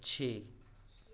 पक्षी